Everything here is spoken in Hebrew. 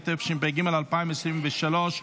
התשפ"ג 2023,